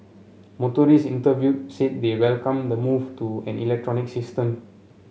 motorists interviewed said they welcome the move to an electronic system